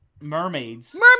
mermaids